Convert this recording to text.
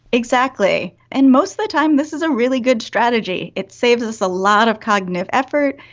exactly. and most of the time this is a really good strategy, it saves us a lot of cognitive effort,